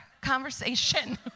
conversation